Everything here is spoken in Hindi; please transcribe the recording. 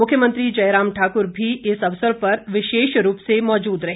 मुख्यमंत्री जयराम ठाकुर भी इस अवसर पर विशेष रूप से मौजूद रहे